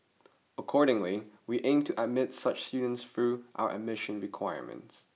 accordingly we aim to admit such students through our admission requirements